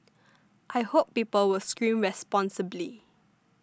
I hope people will scream responsibly